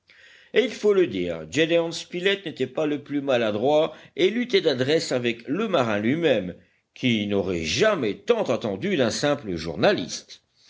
et il faut le dire gédéon spilett n'était pas le plus maladroit et luttait d'adresse avec le marin lui-même qui n'aurait jamais tant attendu d'un simple journaliste